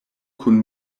kun